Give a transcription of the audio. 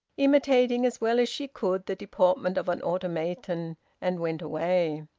imitating as well as she could the deportment of an automaton and went away.